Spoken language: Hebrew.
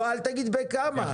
אל תגיד בכמה,